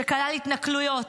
שכלל התנכלויות,